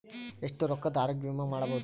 ಎಷ್ಟ ರೊಕ್ಕದ ಆರೋಗ್ಯ ವಿಮಾ ಮಾಡಬಹುದು?